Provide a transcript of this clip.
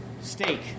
steak